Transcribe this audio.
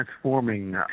transforming